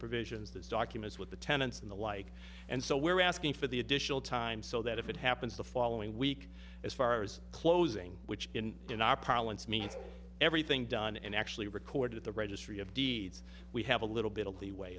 provisions those documents with the tenants and the like and so we're asking for the additional time so that if it happens the following week as far as closing which in in our parlance means everything done and actually recorded the registry of deeds we have a little bit of leeway